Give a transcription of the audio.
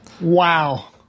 wow